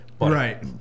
Right